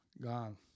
Gone